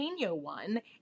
one